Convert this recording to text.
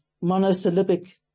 monosyllabic